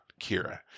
kira